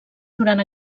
durant